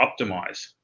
optimize